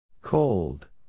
Cold